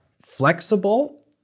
flexible